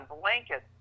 blankets